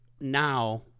now